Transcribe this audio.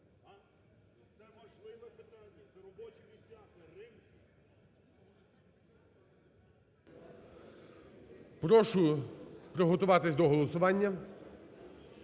Прошу приготуватись до голосування,